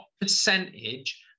percentage